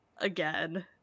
again